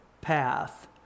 path